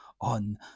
on